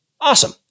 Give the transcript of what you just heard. Awesome